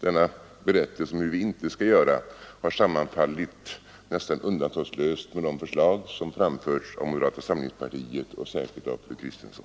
denna berättelse om hur vi inte skall göra nästan undantagslöst har sammanfallit med de förslag som framförts av moderata samlingspartiet, särskilt av fru Kristensson.